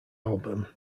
album